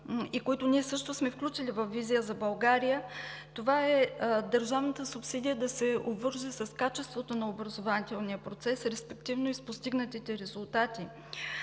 които ние също сме включили във „Визия за България“, това са: държавната субсидия да се обвърже с качеството на образователния процес, респективно с постигнатите резултати;